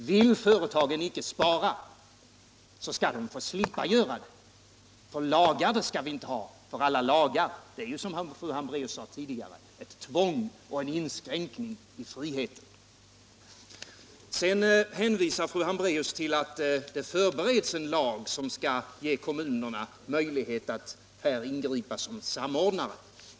Vill företagen inte spara skall de också slippa göra det, för lagar skall vi inte ha. Alla lagar är, som fru Hambraeus tidigare sade, ett tvång och en inskränkning i friheten. Sedan hänvisar fru Hambraeus till att det förbereds en lag, som skall ge kommunerna möjlighet att här ingripa som samordnare.